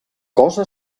cosa